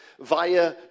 via